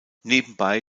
nebenbei